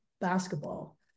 basketball